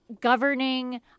Governing